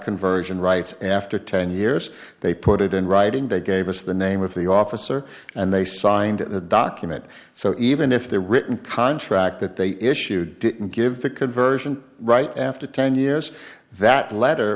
conversion rights after ten years they put it in writing they gave us the name of the officer and they signed the document so even if they're written contract that they issued it and give the conversion right after ten years that letter